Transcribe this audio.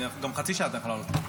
גם לחצי שעה אתה יכול להעלות.